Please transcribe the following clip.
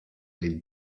les